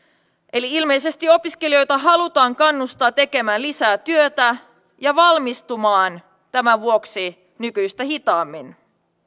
eli ilmeisesti opiskelijoita halutaan kannustaa tekemään lisää työtä ja valmistumaan tämän vuoksi nykyistä hitaammin